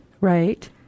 Right